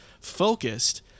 focused